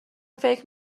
فکر